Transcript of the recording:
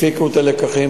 הפיקו את הלקחים.